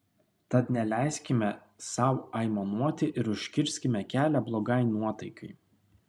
tad neleiskime sau aimanuoti ir užkirskime kelią blogai nuotaikai